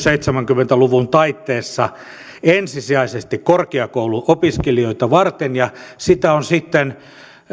seitsemänkymmentä luvun taitteessa ensisijaisesti korkeakouluopiskelijoita varten ja sitä on sitten